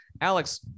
Alex